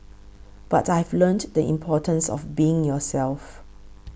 but I've learnt the importance of being yourself